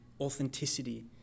authenticity